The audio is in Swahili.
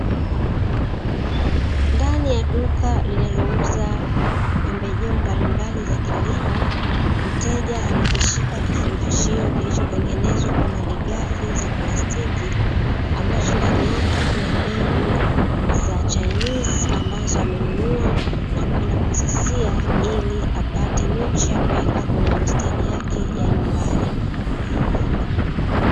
Ndani ya duka linalouza pembejeo mbalimbali za kilimo, mteja amekishika kifungashio kilichotengenezwa kwa malighafi za plastiki, ambacho ndani yake kuna mbegu za chainizi ambazo amenunua na kwenda kuzisia, ili apate miche ya kuweka kwenye bostani yake ya nyumbani.